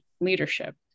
leadership